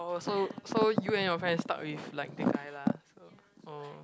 oh so so you and your friend is stuck with like that guy lah so oh